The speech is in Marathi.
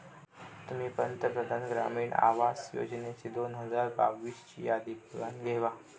तुम्ही पंतप्रधान ग्रामीण आवास योजनेची दोन हजार बावीस ची यादी बघानं घेवा